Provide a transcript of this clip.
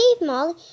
molly